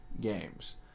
games